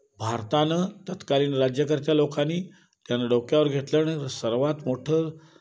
भारतानं तत्कालीन राज्यकर्त्या लोकांनी त्यांना डोक्यावर घेतलं आणि सर्वात मोठं